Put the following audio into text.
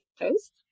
post